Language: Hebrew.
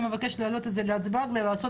אני מבקשת להעלות את זה להצבעה ולעשות